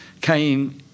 came